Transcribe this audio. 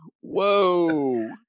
whoa